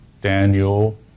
Daniel